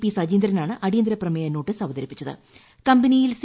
P സജീന്ദ്രനാണ് അടിയന്തര പ്രമേയ നോട്ടീസ് കമ്പനിയിൽ സി